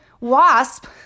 wasp